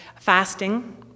Fasting